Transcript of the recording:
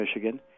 Michigan